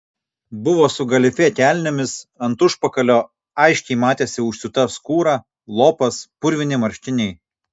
buvo su galifė kelnėmis ant užpakalio aiškiai matėsi užsiūta skūra lopas purvini marškiniai